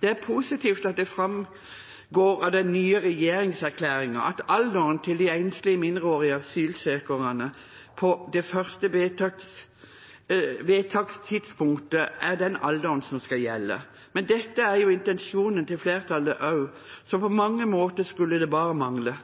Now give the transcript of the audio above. Det er positivt at det framgår av den nye regjeringserklæringen at alderen til de enslige mindreårige asylsøkerne på det første vedtakstidspunktet er den alderen som skal gjelde, men dette er jo intensjonen til flertallet også, så på mange måter skulle det bare mangle.